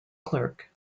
clerk